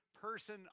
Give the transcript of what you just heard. person